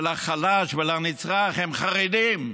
החלש והנצרך הן של חרדים.